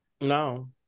No